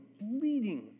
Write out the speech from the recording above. bleeding